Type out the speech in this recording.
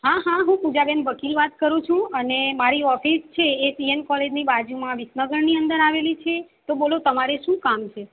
હા હા હું પૂજાબેન વકીલ વાત કરું છું અને મારી ઓફિસ છે એ સી એન કોલેજની બાજુમાં વિસનગરની અંદર આવેલી છે તો બોલો તમારે શું કામ છે